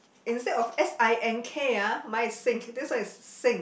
instead of S I N K ah mine is sink this one is sing